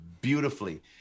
beautifully